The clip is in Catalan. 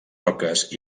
roques